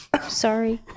Sorry